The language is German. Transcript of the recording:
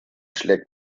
schlägt